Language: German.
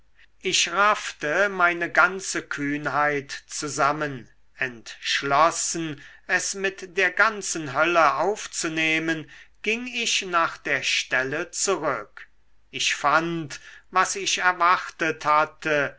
ich raffte meine ganze kühnheit zusammen entschlossen es mit der ganzen hölle aufzunehmen ging ich nach der stelle zurück ich fand was ich erwartet hatte